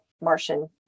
Martian